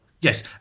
Yes